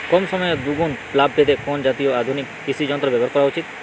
কম সময়ে দুগুন লাভ পেতে কোন জাতীয় আধুনিক কৃষি যন্ত্র ব্যবহার করা উচিৎ?